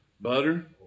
Butter